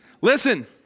Listen